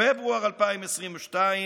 פברואר 2022,